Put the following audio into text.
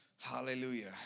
Hallelujah